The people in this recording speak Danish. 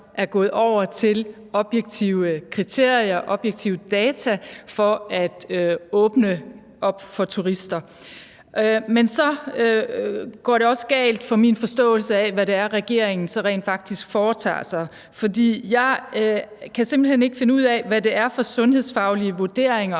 er gået over til objektive kriterier, objektive data, for at åbne op for turister. Men så går det også galt for min forståelse af, hvad det er, regeringen så rent faktisk foretager sig. For jeg kan simpelt hen ikke finde ud af, hvad det er for sundhedsfaglige vurderinger,